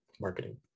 marketing